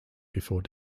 before